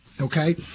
okay